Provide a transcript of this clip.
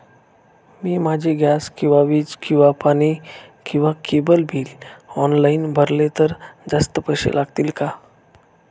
मी माझे गॅस किंवा वीज किंवा पाणी किंवा केबल बिल ऑनलाईन भरले तर जास्त पैसे लागतील का?